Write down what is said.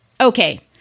Okay